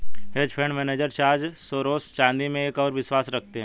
hedge fund manager George Soros चांदी में एक और विश्वास रखते हैं